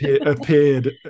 appeared